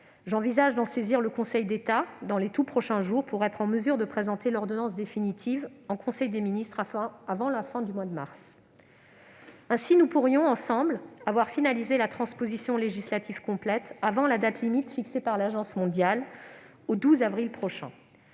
J'envisage d'en saisir le Conseil d'État dans les tout prochains jours, pour être en mesure de présenter l'ordonnance définitive en conseil des ministres avant la fin du mois de mars. Ainsi, nous pourrions, ensemble, avoir finalisé la transposition législative complète avant la date limite fixée par l'Agence mondiale au 12 avril prochain.